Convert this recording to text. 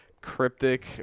cryptic